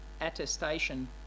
attestation